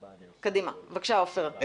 בבקשה, עופר.